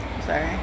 sorry